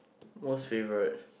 most favourite